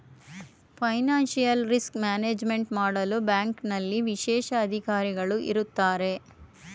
financial risk management ಮಾಡಲು ಬ್ಯಾಂಕ್ನಲ್ಲಿ ವಿಶೇಷ ಅಧಿಕಾರಿಗಳು ಇರತ್ತಾರೆ